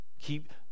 Keep